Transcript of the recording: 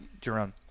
Jerome